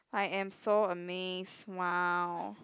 I am so amazed !wow!